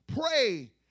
pray